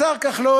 השר כחלון,